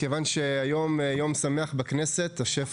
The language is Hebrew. מכיוון שהיום הוא יום שמח בכנסת השף